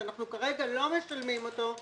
שאנחנו כרגע לא משלמים אותו,